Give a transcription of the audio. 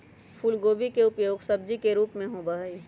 फूलगोभी के उपयोग सब्जी के रूप में होबा हई